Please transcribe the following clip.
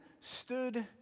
stood